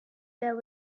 there